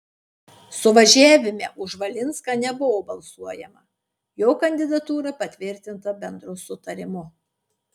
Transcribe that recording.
suvažiavime už valinską nebuvo balsuojama jo kandidatūra patvirtinta bendru sutarimu